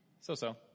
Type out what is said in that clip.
So-so